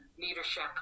leadership